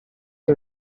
che